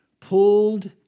pulled